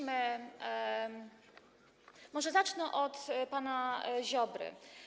Może zacznę od pana Ziobry.